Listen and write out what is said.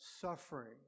suffering